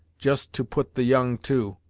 just to put the young, too,